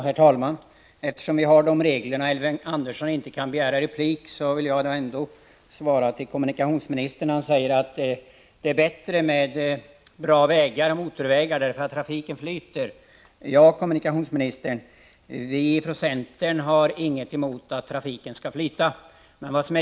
Herr talman! Eftersom Elving Andersson enligt debattreglerna inte kan begära replik, vill jag med anledning av kommunikationsministerns yttrande att det är bättre med motorvägar där trafiken flyter säga följande. Vi har, kommunikationsministern, från centern inget emot att trafiken flyter.